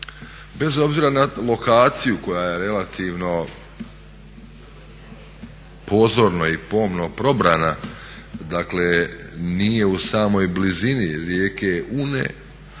Bez obzira na lokaciju koja je relativno pozorno i pomno probrana nije u samoj blizini rijeke Une,